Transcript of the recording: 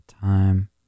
time